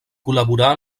col·laborà